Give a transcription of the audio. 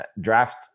draft